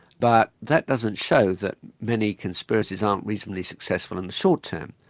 but that doesn't show that many conspiracies aren't reasonably successful in the short term.